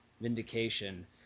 Vindication